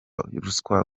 ruswa